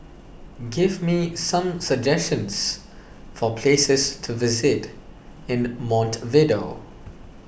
give me some suggestions for places to visit in Montevideo